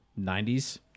90s